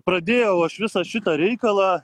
pradėjau aš visą šitą reikalą